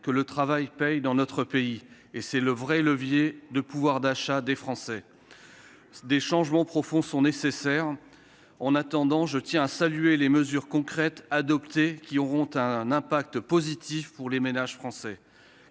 que le travail paie dans notre pays. Tel est le véritable levier pour améliorer le pouvoir d'achat de nos compatriotes. Des changements profonds sont nécessaires. En attendant, je tiens à saluer les mesures concrètes adoptées, qui auront un effet positif pour les ménages français.